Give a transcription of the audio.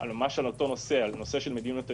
על נושא מדיניות הענישה.